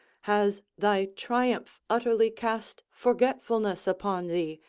has thy triumph utterly cast forgetfulness upon thee,